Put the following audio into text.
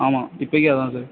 ஆமாம் இப்பக்கு அதுதான் சார்